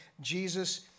Jesus